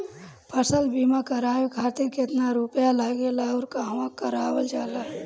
फसल बीमा करावे खातिर केतना रुपया लागेला अउर कहवा करावल जाला?